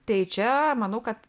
tai čia manau kad